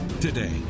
Today